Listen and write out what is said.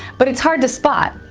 but it's hard to spot.